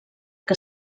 que